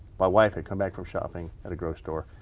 my wife had come back from shopping at a grocery store.